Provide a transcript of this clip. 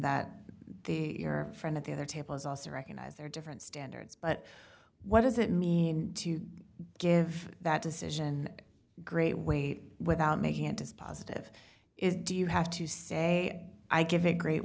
and that your friends at the other tables also recognize there are different standards but what does it mean to give that decision great weight without making it dispositive is do you have to say i give a great